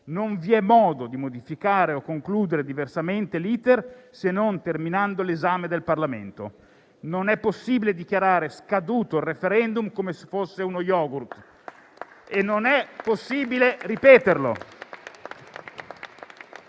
non vi è modo di modificare o concludere diversamente l'*iter,* se non terminando l'esame da parte del Parlamento. Non è possibile dichiarare scaduto il *referendum* come se fosse uno yogurt e non è possibile ripeterlo